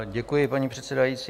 Děkuji, paní předsedající.